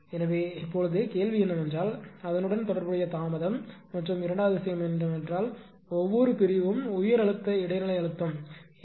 எனவே கேள்வி என்னவென்றால் அதனுடன் தொடர்புடைய தாமதம் மற்றும் இரண்டாவது விஷயம் என்னவென்றால் ஒவ்வொரு பிரிவும் உயர் அழுத்த இடைநிலை அழுத்தம் எல்